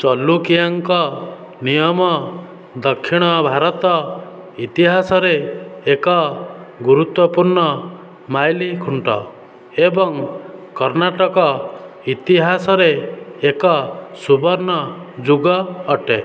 ଚଲୁକିଆଙ୍କ ନିୟମ ଦକ୍ଷିଣ ଭାରତ ଇତିହାସରେ ଏକ ଗୁରୁତ୍ୱପୂର୍ଣ୍ଣ ମାଇଲଖୁଣ୍ଟ ଏବଂ କର୍ଣ୍ଣାଟକ ଇତିହାସରେ ଏକ ସୁବର୍ଣ୍ଣ ଯୁଗ ଅଟେ